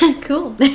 cool